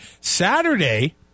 Saturday